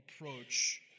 approach